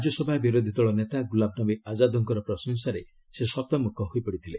ରାଜ୍ୟସଭା ବିରୋଧୀଦଳ ନେତା ଗ୍ରଲାମ ନବୀ ଆକାଦଙ୍କର ପ୍ରଶଂସାରେ ସେ ଶତମ୍ରଖ ହୋଇପଡ଼ିଥିଲେ